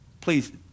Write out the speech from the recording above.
Please